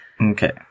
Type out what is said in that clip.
Okay